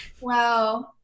Wow